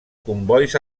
combois